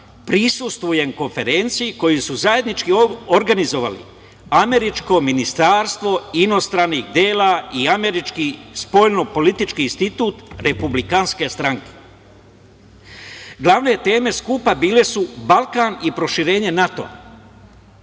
prisustvujem konferenciji koju su zajednički organizovali američko ministarstvo inostranih dela i američki spoljno-političkih institut republikanske stranke. Glavne teme skupa bile su Balkan i proširenje NATO.